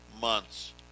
months